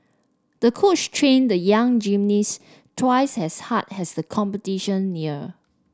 the coach trained the young gymnast twice as hard as the competition neared